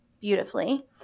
beautifully